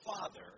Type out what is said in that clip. Father